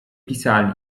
pisali